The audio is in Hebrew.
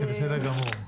זה בסדר גמור.